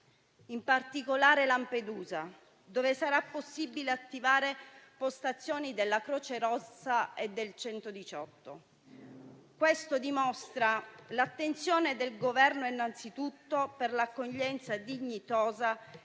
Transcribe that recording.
in particolare Lampedusa, dove sarà possibile attivare postazioni della Croce Rossa e del 118. Questo dimostra l'attenzione del Governo innanzitutto per l'accoglienza dignitosa